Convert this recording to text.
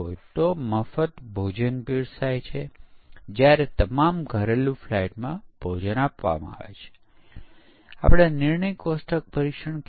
તે છે આયોજન અને પરીક્ષણ આખી લાઇફ સાયકલ માં ફેલાય છે